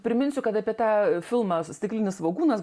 priminsiu kad apie tą filmą stiklinis svogūnas